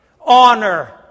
Honor